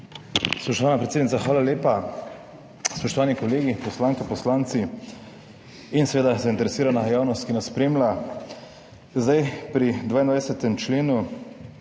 Spoštovana predsednica, hvala lepa. Spoštovani kolegi, poslanke, poslanci in seveda zainteresirana javnost, ki nas spremlja. Pri 22. členu,